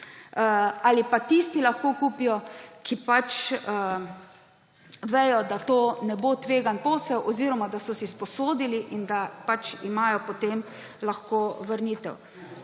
Ali pa tisti lahko kupijo, ki pač vejo, da to ne bo tvegan posel oziroma da so si sposodili in da pač imajo potem lahko vrnitev.